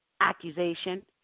accusation